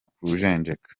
kujenjeka